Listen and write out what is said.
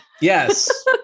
Yes